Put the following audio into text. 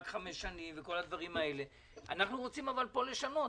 חמש שנים אבל אנחנו רוצים פה לשנות,